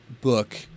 book